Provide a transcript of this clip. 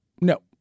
No